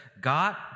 God